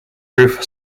roof